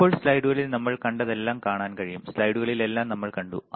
ഇപ്പോൾ സ്ലൈഡുകളിൽ നമ്മൾ കണ്ടതെല്ലാം കാണാൻ കഴിയും സ്ലൈഡുകളിൽ എല്ലാം നമ്മൾ കണ്ടു